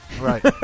Right